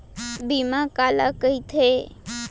बीमा काला कइथे?